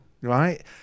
right